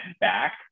back